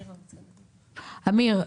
אמיר,